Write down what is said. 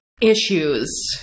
issues